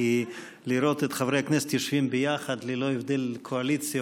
כי לראות את חברי הכנסת יושבים ביחד ללא הבדל קואליציה,